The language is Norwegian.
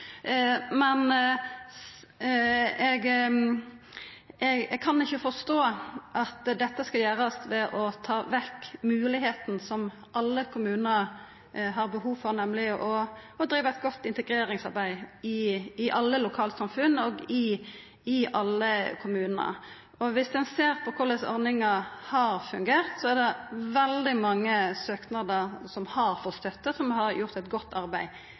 eg kan ikkje forstå at dette skal gjerast ved å ta vekk moglegheita som alle kommunar har behov for, nemleg til å driva eit godt integreringsarbeid i alle lokalsamfunn og i alle kommunar. Viss ein ser på korleis ordninga har fungert, er det veldig mange kommunar som har fått støtte, som har gjort eit godt arbeid.